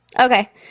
Okay